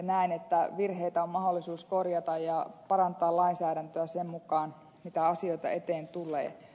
näen että virheitä on mahdollisuus korjata ja parantaa lainsäädäntöä sen mukaan mitä asioita eteen tulee